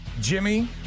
Jimmy